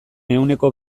ehuneko